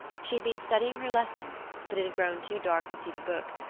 she had been studying her lessons, but it had grown too dark to see the book,